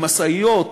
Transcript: למשאיות,